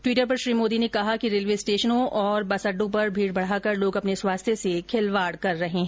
Twitter पर श्री मोदी ने कहा कि रेलवे स्टेशनों और बस अड्डो पर भीड़ बढ़ाकर लोग अपने स्वास्थ्य से खिलवाड़ कर रहे हैं